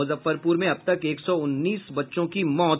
मुजफ्फरपुर में अब तक एक सौ उन्नीस बच्चों की मौत